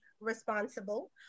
responsible